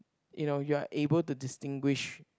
you know you're able to distinguish